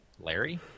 Larry